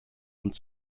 und